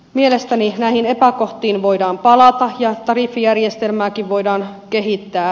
mielestäni näihin epäkohtiin voidaan palata ja tariffijärjestelmääkin voidaan kehittää